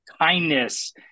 kindness